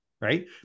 right